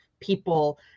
people